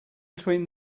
between